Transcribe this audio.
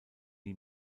die